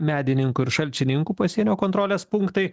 medininkų ir šalčininkų pasienio kontrolės punktai